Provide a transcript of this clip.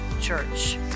church